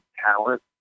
talent